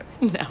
No